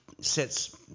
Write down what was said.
sets